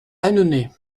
annonay